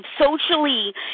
socially